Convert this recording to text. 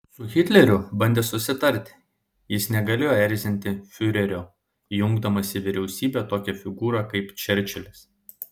su hitleriu bandė susitarti jis negalėjo erzinti fiurerio įjungdamas į vyriausybę tokią figūrą kaip čerčilis